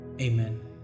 Amen